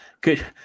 good